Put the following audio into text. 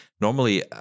normally